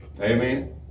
Amen